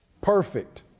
perfect